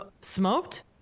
smoked